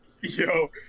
Yo